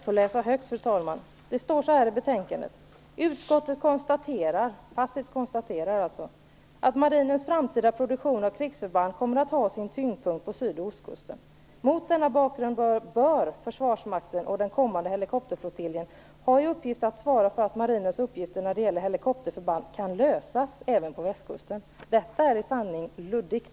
Fru talman! Jag skall be att få läsa högt. Det står så här i betänkandet: Utskottet konstaterar att en framtida produktion av krigsförband kommer att ha sin tyngdpunkt på syd och ostkusten. Mot denna bakgrund bör Försvarsmakten och den kommande helikopterflottiljen ha till uppgift att svara för att marinens uppgifter när det gäller helikopterförband kan lösas även på västkusten. Detta är i sanning luddigt.